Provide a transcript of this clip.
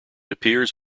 appears